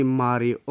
mari